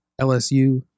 LSU